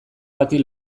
bati